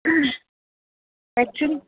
اسہِ چھُنہٕ